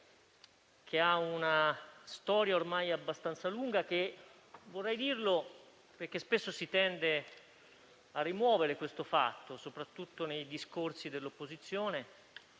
che ha una storia ormai abbastanza lunga e che - vorrei dirlo, perché spesso si tende a rimuovere questo fatto, soprattutto nei discorsi dell'opposizione